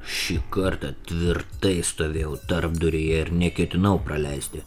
šį kartą tvirtai stovėjau tarpduryje ir neketinau praleisti